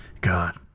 god